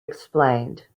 explained